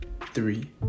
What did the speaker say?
three